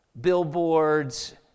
billboards